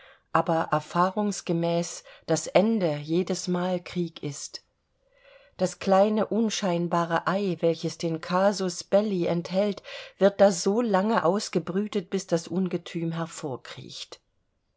aber erfahrungsgemäß das ende jedesmal krieg ist das kleine unscheinbare ei welches den casus belli enthält wird da so lange ausgebrütet bis das ungetüm